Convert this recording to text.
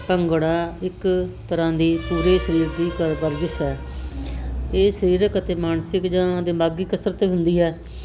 ਭੰਗੜਾ ਇਕ ਤਰ੍ਹਾਂ ਦੀ ਪੂਰੇ ਸਰੀਰ ਦੀ ਇਕ ਵਰਜਿਸ਼ ਹੈ ਇਹ ਸਰੀਰਕ ਅਤੇ ਮਾਨਸਿਕ ਜਾਂ ਦਿਮਾਗੀ ਕਸਰਤ ਹੁੰਦੀ ਹੈ